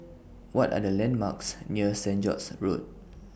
What Are The landmarks near Saint George's Road